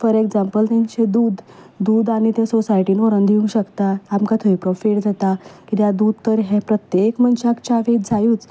four example तेंचें दूद दूद आमी तें सोसायटीन व्हरून दिवूंक शकता आमकां थंय प्रोफीट जाता कित्याक दूद तर हें प्रत्येक मनशाक चावेंत जायूच